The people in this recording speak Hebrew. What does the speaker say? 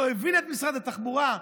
לא הבינה את משרד התחבורה,